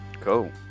Cool